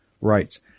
rights